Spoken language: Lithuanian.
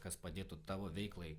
kas padėtų tavo veiklai